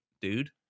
dude